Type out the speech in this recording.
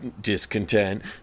discontent